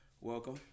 Welcome